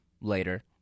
later